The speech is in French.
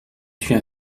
suis